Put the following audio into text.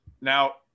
Now –